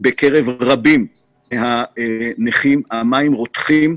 בקרב רבים מהנכים המים רותחים,